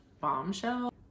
Bombshell